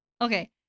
Okay